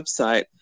website